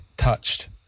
touched